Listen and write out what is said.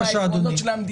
זה אחד מהעקרונות של המדינה,